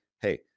Hey